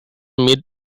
meat